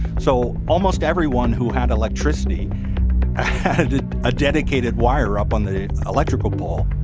so almost everyone who had electricity had a dedicated wire up on the electrical pole.